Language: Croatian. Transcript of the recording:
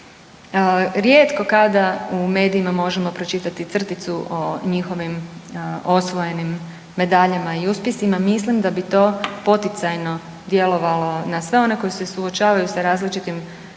rijetko kada u medijima možemo pročitati crticu o njihovim osvojenim medaljama i uspjesima, mislim da bi to poticajno djelovalo na sve one koji se suočavaju s različitim